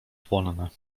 płonne